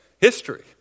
history